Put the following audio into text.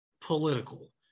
political